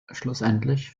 schlussendlich